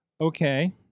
Okay